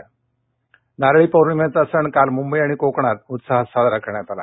नारळी पौर्णिमा नारळ भौर्णिमेचा सण काल मुंबई आणि कोकणात उत्साहात साजरा करण्यात आला